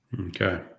Okay